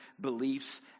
beliefs